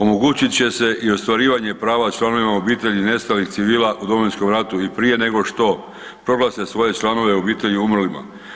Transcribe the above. Omogućit će se i ostvarivanje prava članovima obitelji nestalih civila u Domovinskom ratu i prije nego što proglase svoje članove obitelji umrlima.